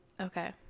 Okay